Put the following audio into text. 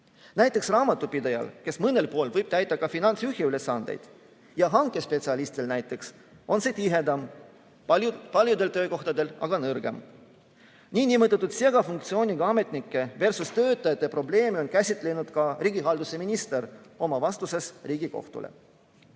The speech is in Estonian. Näiteks, raamatupidajal, kes mõnel pool võib täita ka finantsjuhi ülesandeid, ja hankespetsialistil on see tihedam, paljudel töökohtadel aga nõrgem. Niinimetatud segafunktsiooniga ametnikeversustöötajate probleeme on käsitlenud ka riigihalduse minister oma vastuses Riigikohtule.